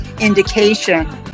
indication